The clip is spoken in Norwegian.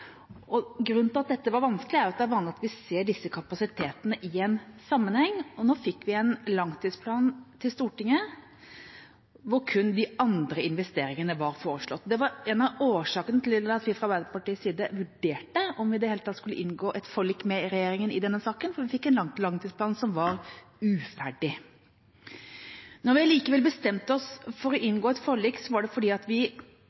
beslutning. Grunnen til at dette var vanskelig, er at det er vanlig at vi ser disse kapasitetene i sammenheng. Vi fikk en langtidsplan til Stortinget hvor kun de andre investeringene var foreslått. Det var en av årsakene til at vi fra Arbeiderpartiets side vurderte om vi i det hele tatt skulle inngå et forlik med regjeringa i denne saken, for vi fikk en langtidsplan som var uferdig. Når vi allikevel bestemte oss for å inngå et forlik, var det fordi vi fikk gjennomslag for at